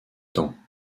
temps